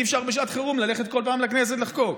אי-אפשר בשעת חירום ללכת כל פעם לכנסת לחוקק.